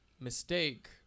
mistake